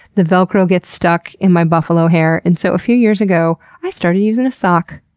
the velcro gets stuck in my buffalo hair, and so a few years ago i started using a sock.